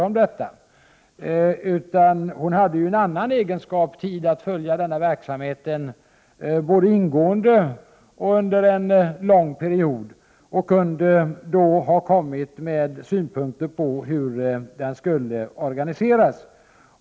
Hon hade möjlighet att i en annan egenskap följa denna verksamhet, både ingående och under en lång period. Hon kunde då ha kommit med synpunkter på hur den skulle organiseras.